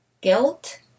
Guilt